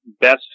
best